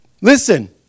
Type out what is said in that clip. Listen